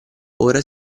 ora